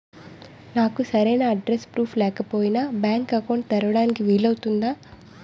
నాకు సరైన address proof లేకపోయినా బ్యాంక్ అకౌంట్ తెరవడానికి వీలవుతుందా?